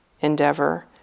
endeavor